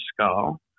skull